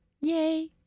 Yay